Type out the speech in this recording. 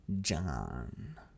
John